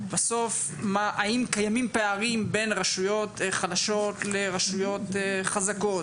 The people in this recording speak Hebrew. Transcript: האם קיימים פערים בין רשויות חלשות לבין רשויות חזקות?